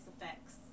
effects